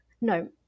no